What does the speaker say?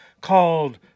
called